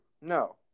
no